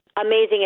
Amazing